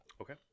Okay